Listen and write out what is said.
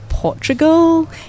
Portugal